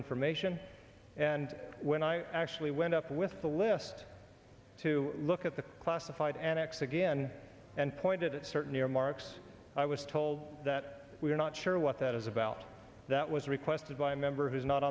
information and when i actually went up with the list to look at classified annex again and pointed at certain earmarks i was told that we are not sure what that is about that was requested by a member who is not